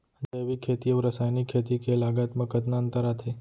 जैविक खेती अऊ रसायनिक खेती के लागत मा कतना अंतर आथे?